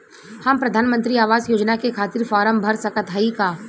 हम प्रधान मंत्री आवास योजना के खातिर फारम भर सकत हयी का?